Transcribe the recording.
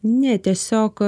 ne tiesiog